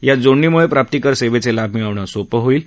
या जोडणीमूळे प्राप्तीकर सेवेचे लाभ मिळवणं सोपं होईल